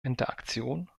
interaktion